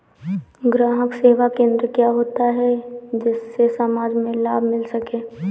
ग्राहक सेवा केंद्र क्या होता है जिससे समाज में लाभ मिल सके?